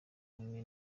hamwe